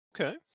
Okay